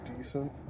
decent